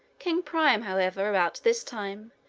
king priam, however, about this time,